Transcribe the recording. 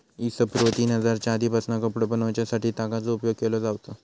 इ.स पूर्व तीन हजारच्या आदीपासना कपडो बनवच्यासाठी तागाचो उपयोग केलो जावचो